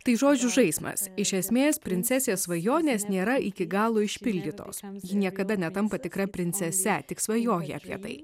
tai žodžių žaismas iš esmės princesės svajonės nėra iki galo išpildytos ji niekada netampa tikra princese tik svajoja apie tai